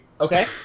okay